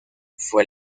fue